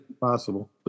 possible